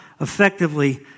effectively